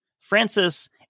Francis